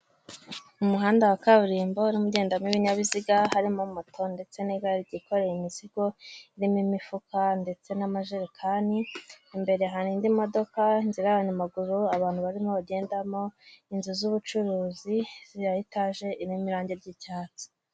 Umuhanda wa kaburimbo urimo ugendamo ibinyabiziga: harimo moto, ndetse n'igare ry'ikoreye imizigo, irimo imifuka, ndetse n'amajerekani, imbere hari indi modoka, inzira y'abanyamaguru, abantu barimo bagendamo, inzu z'ubucuruzi, inzu ya etaje iriho irange ry'icyatsi.